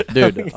Dude